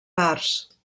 parts